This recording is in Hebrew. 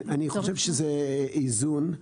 אני חושב שזה איזון.